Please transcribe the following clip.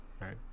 Right